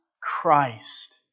Christ